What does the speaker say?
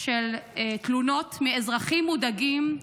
של תלונות מאזרחים מודאגים,